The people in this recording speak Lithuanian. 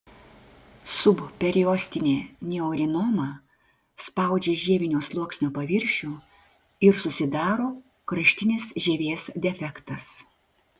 subperiostinė neurinoma spaudžia žievinio sluoksnio paviršių ir susidaro kraštinis žievės defektas